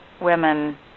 women